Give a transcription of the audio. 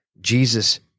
Jesus